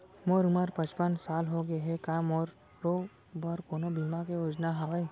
मोर उमर पचपन साल होगे हे, का मोरो बर कोनो बीमा के योजना हावे?